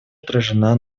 отражена